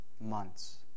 months